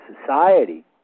society